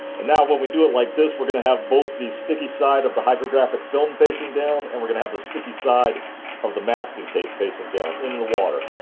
and now when we do it like this we're going to have both the sticky side of the hydrographic film facing down and we're going to have the sticky side of the masking tape facing down in the water.